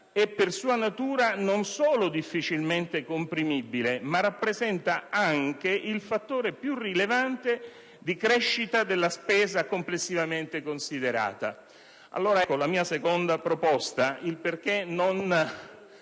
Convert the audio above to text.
è per sua natura non solo difficilmente comprimibile, ma rappresenta anche il fattore più rilevante di crescita della spesa complessivamente considerata». Ecco allora la mia seconda proposta: affrettare